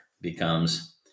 becomes